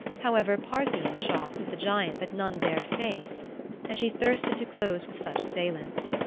however, parthian shots at the giant that none dared face and she thirsted to close with such assailants.